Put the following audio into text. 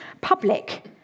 public